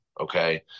Okay